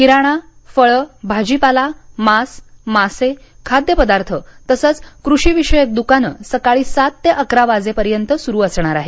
किराणा फळं भाजीपाला मांस मासे खाद्यपदार्थ तसंच कृषीविषयक दुकानं सकाळी सात ते अकरा वाजेपर्यंत सुरु असणार आहेत